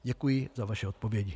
Děkuji za vaše odpovědi.